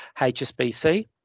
HSBC